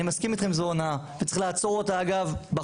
אני מסכים איתכם, זה הונאה וצריך לעצור אותה בחוק.